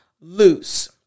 loose